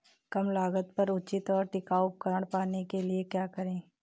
कम लागत पर उचित और टिकाऊ उपकरण पाने के लिए क्या करें?